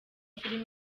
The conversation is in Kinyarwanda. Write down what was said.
film